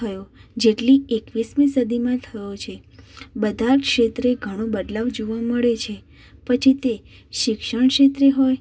થયો જેટલી એકવીસમી સદીમાં થયો છે બધા જ ક્ષેત્રે ઘણો બદલાવ જોવા મળે છે પછી તે શિક્ષણ ક્ષેત્રે હોય